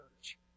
church